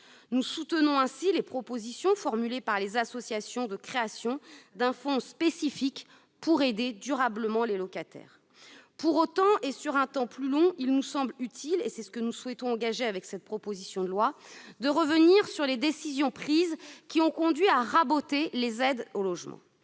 Nous soutenons ainsi les propositions formulées par les associations de création d'un fonds spécifique pour aider durablement les locataires. Pour autant, et sur un temps plus long, il nous semble utile- c'est ce que nous souhaitons engager avec ce texte -de revenir sur toutes les décisions prises qui ont conduit à raboter les aides au logement.